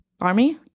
army